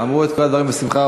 אמרו את כל הדברים בשמחה.